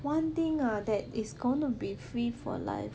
one thing ah that is gonna be free for life